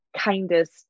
kindest